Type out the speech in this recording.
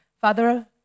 Father